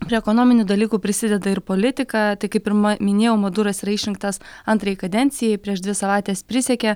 prie ekonominių dalykų prisideda ir politika tai kaip ir ma minėjau maduras yra išrinktas antrai kadencijai prieš dvi savaites prisiekė